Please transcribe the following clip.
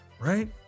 right